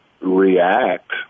react